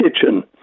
kitchen